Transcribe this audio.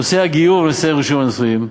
בנושא הגיור ובנושא רישום הנישואים.